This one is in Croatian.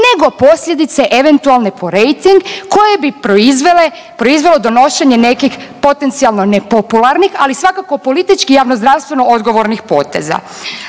nego posljedice eventualne po rejting koje bi proizvelo donošenje nekih potencijalno nepopularnih, ali svakako politički i javno-zdravstveno odgovornih poteza.